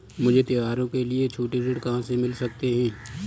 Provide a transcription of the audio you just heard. मुझे त्योहारों के लिए छोटे ऋण कहाँ से मिल सकते हैं?